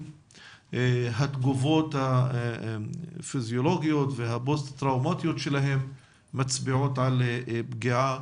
וכי התגובות הפיזיולוגיות והפוסט טראומתיות שלהם מצביעות על פגיעה